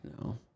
No